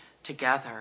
Together